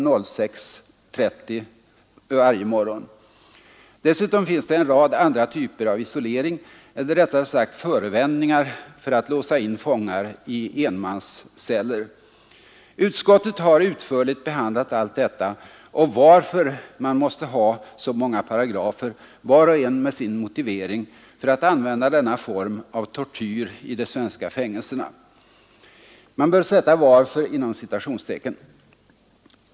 6.30. varje morgon. Dessutom finns det en rad andra typer av isolering eller rättare sagt förevändningar för att låsa in fångar i enmansceller. Utskottet har utförligt behandlat allt detta och varför man måste ha så många paragrafer, var och en med sin motivering, för att använda denna form av tortyr i de svenska fängelserna. Man bör sätta ”varför” inom citationstecken.